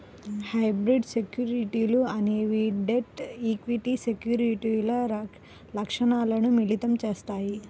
hybrid సెక్యూరిటీలు అనేవి debt, equity సెక్యూరిటీల లక్షణాలను మిళితం చేత్తాయి